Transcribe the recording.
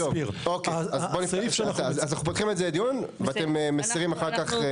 אז אנחנו פותחים את זה לדיון, ואתם מסירים אחר כך.